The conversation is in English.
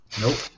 Nope